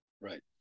Right